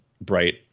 bright